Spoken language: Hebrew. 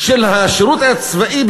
של השירות הצבאי,